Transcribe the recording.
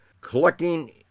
collecting